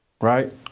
Right